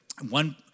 One